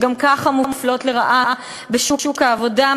שגם ככה מופלות לרעה בשוק העבודה,